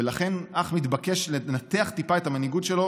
ולכן אך מתבקש לנתח טיפה את המנהיגות שלו